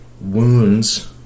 wounds